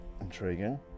Intriguing